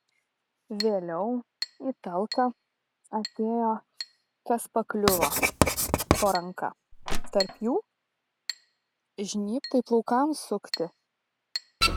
vėliau į talką atėjo kas pakliuvo po ranka tarp jų žnybtai plaukams sukti